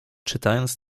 czytając